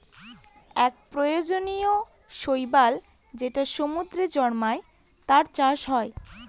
এক প্রজাতির শৈবাল যেটা সমুদ্রে জন্মায়, তার চাষ হয়